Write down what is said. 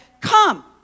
come